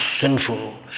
sinful